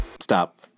Stop